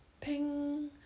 ping